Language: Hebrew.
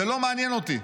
זה לא מעניין אותי.